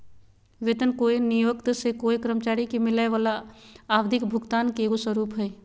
वेतन कोय नियोक्त से कोय कर्मचारी के मिलय वला आवधिक भुगतान के एगो स्वरूप हइ